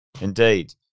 indeed